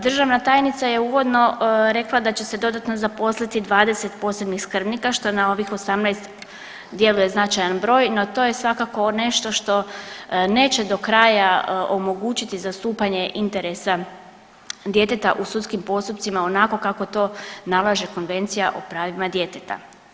Državna tajnica je uvodno rekla da će se dodatno zaposliti 20 posebnih skrbnika, što na ovih 18 djeluje značajan broj, no to je svakako nešto što neće do kraja omogućiti zastupanje interesa djeteta u sudskim postupcima onako kako to nalaže Konvencija o pravima djeteta.